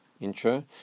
intro